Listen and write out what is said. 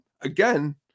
Again